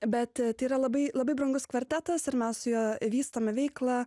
bet tai yra labai labai brangus kvartetas ir mes juo vystome veiklą